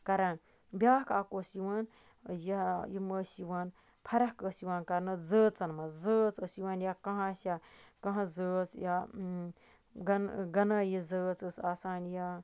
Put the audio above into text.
کران بیاکھ اکھ اوس یِوان یا یِم ٲسۍ یِوان فرق ٲسۍ یِوان کرنہٕ زٲژَن منٛز زٲژٕ ٲسۍ یِوان یا کانہہ آسہِ ہا کانہہ زٲژ یا گَنایی زٲژ ٲسۍ آسان یا